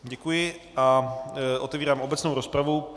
Děkuji a otevírám obecnou rozpravu.